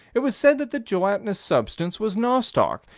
it was said that the gelatinous substance was nostoc,